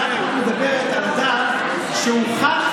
הצעת החוק מדברת על אדם שהוכח,